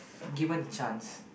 given a chance